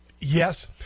Yes